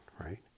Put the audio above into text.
right